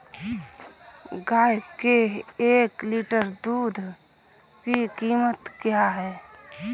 गाय के एक लीटर दूध की कीमत क्या है?